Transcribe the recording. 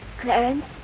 Clarence